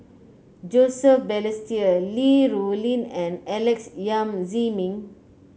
Joseph Balestier Li Rulin and Alex Yam Ziming